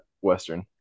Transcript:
Western